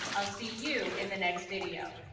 i'll see you in the next video.